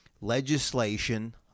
legislation